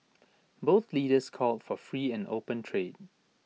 both leaders called for free and open trade